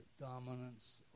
dominance